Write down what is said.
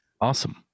Awesome